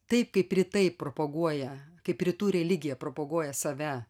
taip kaip rytai propaguoja kaip rytų religija propaguoja save